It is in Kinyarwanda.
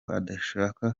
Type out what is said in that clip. adashaka